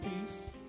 Peace